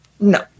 No